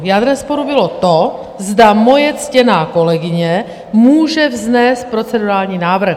Jádrem sporu bylo to, zda moje ctěná kolegyně může vznést procedurální návrh?